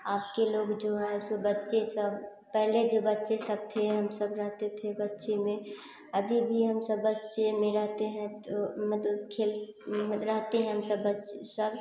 अब के लोग जो हैं सो बच्चे सब पहले के बच्चे सब थे हम सब रहते थे बच्चे में अभी भी हम सब बच्चे में रहते हैं तो मतलब खेल रहते हैं हमसब बस सब